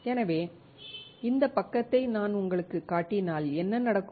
எனவே இந்த பக்கத்தை நான் உங்களுக்குக் காட்டினால் என்ன நடக்கும்